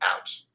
out